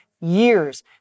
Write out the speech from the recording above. years